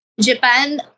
Japan